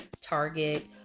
Target